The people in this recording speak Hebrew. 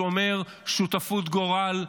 שאומר: שותפות גורל,